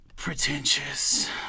pretentious